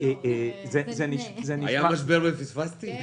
היה משבר ופספסתי?